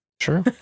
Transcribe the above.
Sure